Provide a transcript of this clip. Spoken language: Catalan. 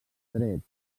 dret